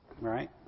Right